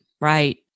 right